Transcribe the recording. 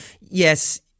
yes